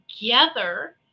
together